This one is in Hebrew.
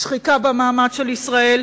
שחיקה במעמד של ישראל,